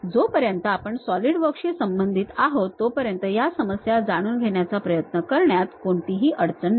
जोपर्यंत आपण सॉलिडवर्क्सशी संबंधित आहोत तोपर्यंत या समस्या जाणून घेण्याचा प्रयत्न करण्यात कोणतीही अडचण नाही